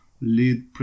lead